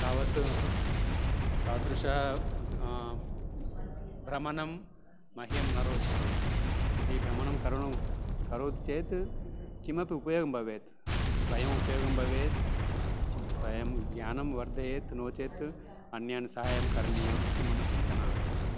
तावत् तादृशं भ्रमणं मह्यं न रोचते यदि भ्रमणं करणे करोति चेत् किमपि उपयोगः भवेत् स्वयम् उपयोगं भवेत् स्वयं स्वयं ज्ञानं वर्धयेत् नो चेत् अन्यान् सहायं करणीयम् इति मम चिन्तना अस्ति